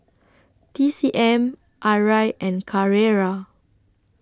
T C M Arai and Carrera